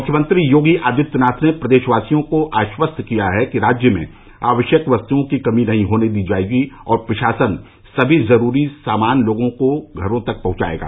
मुख्यमंत्री योगी आदित्यनाथ ने प्रदेशवासियों को आश्वस्त किया है कि राज्य में आवश्यक वस्तुओं की कमी नहीं होने दी जायेगी और प्रशासन सभी जरूरी सामान लोगों के घरों तक पहंचायेगा